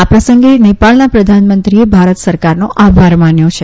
આ પ્રસંગે નેપાળના પ્રધાનમંત્રીએ ભારત સરકારનો આભાર માન્યો હતો